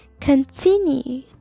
continue